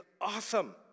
awesome